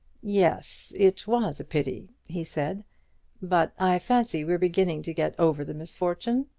yes, it was a pity, he said but i fancy we're beginning to get over the misfortune.